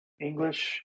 English